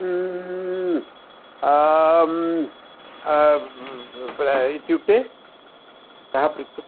इत्युक्ते कः पृच्चा